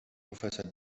professor